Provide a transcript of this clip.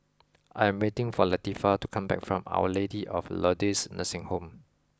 I am waiting for Latifah to come back from Our Lady of Lourdes Nursing Home